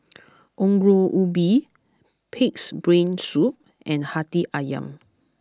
Ongol Ubi Pig'S Brain Soup and Hati Ayam